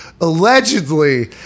Allegedly